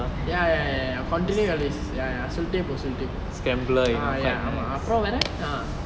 ya ya ya ya continue your list ya ya சொல்லிட்டே போ சொல்லிட்டே போ:sollitte po sollitte po ya ya அப்ரொம் வேர:aprom vere